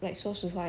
neh